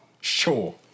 Sure